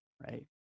right